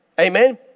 Amen